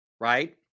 right